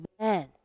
Amen